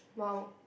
!wow!